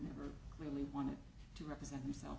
never really wanted to represent himself